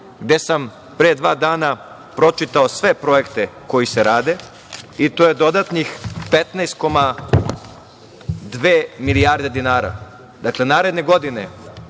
gde sam pre dva dana pročitao sve projekte koji se rade i to je dodatnih 15,2 milijarde dinara. Naredne godine